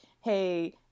Hey